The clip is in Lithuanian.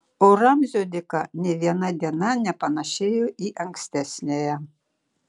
o ramzio dėka nė viena diena nepanašėjo į ankstesniąją